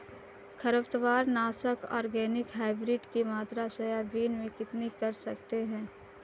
खरपतवार नाशक organic hybrid की मात्रा सोयाबीन में कितनी कर सकते हैं?